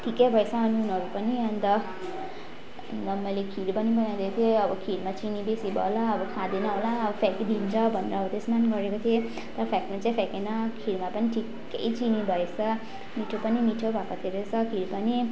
ठिकै भएछ नुनहरू पनि अन्त मैले खिर पनि बनाइदिएको थिएँ अब खिरमा चिनी बेसी भयो होला अब खाँदैन होला अब फ्याँकिदिन्छ भनेर हौ त्यसमा पनि गरेको थिएँ तर फ्याँक्नु चाहिँ फ्याँकेन खिरमा पनि ठिकै चिनी पनि भएछ मिठो पनि मिठो भएको थियो रहेछ खिर पनि